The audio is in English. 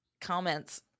comments